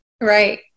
right